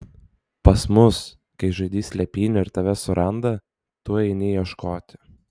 pas mus kai žaidi slėpynių ir tave suranda tu eini ieškoti